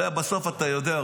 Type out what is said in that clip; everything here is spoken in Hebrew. הרי בסוף אתה יודע,